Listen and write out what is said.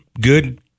good